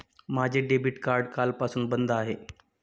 माझे debit card कालपासून बंद आहे